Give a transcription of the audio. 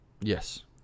Yes